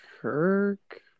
Kirk